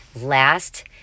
Last